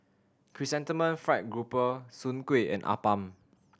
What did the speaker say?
Chrysanthemum Fried Grouper Soon Kueh and appam